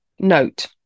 note